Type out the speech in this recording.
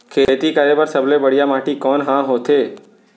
खेती करे बर सबले बढ़िया माटी कोन हा होथे?